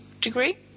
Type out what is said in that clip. degree